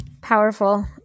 Powerful